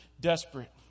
desperate